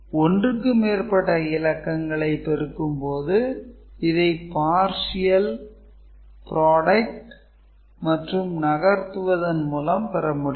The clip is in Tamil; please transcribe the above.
1 க்கு மேற்ப்பட்ட இலக்கங்களை பெருக்கும் போது இதை 'partial products' மற்றும் நகர்த்துவதன் மூலம் பெற முடியும்